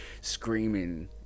screaming